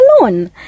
alone